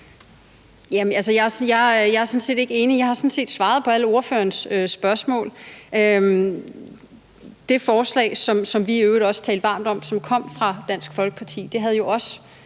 Jamen jeg er ikke enig. Jeg har sådan set svaret alle på ordførerens spørgsmål. Det forslag, som vi i øvrigt også talte varmt om, som kom fra Dansk Folkeparti, havde jo også